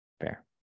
Fair